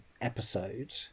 episode